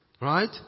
Right